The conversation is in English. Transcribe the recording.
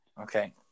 Okay